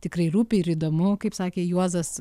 tikrai rūpi ir įdomu kaip sakė juozas